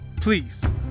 Please